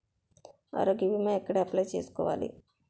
ఆరోగ్య భీమా ఎక్కడ అప్లయ్ చేసుకోవాలి?